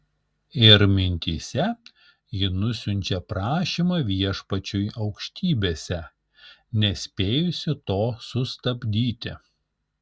ir mintyse ji nusiunčia prašymą viešpačiui aukštybėse nespėjusi to sustabdyti